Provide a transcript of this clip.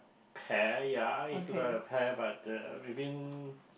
pear ya it looks like a pear but uh within